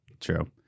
true